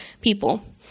people